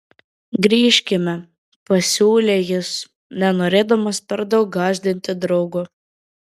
grįžkime pasiūlė jis nenorėdamas per daug gąsdinti draugo